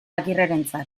agirrerentzat